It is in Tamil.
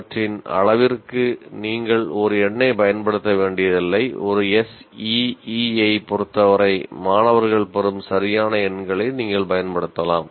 அவற்றின் அளவிற்கு நீங்கள் ஒரு எண்ணைப் பயன்படுத்த வேண்டியதில்லை ஒரு SEE ஐப் பொறுத்தவரை மாணவர்கள் பெறும் சரியான எண்களை நீங்கள் பயன்படுத்தலாம்